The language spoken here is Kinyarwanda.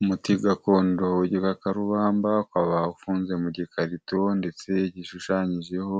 Umuti gakondo igikakarubambaba ufunze mu gikaritu ndetse igishushanyijeho,